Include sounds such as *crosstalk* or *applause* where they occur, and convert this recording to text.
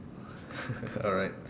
*laughs* alright